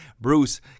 Bruce